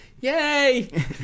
yay